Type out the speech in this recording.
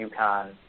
UConn